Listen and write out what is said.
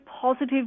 positive